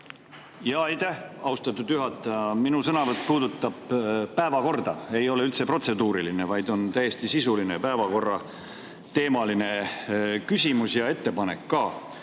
Aitäh, austatud juhataja! Minu sõnavõtt puudutab päevakorda, ei ole üldse protseduuriline, vaid on täiesti sisuline päevakorrateemaline küsimus ja ettepanek ka.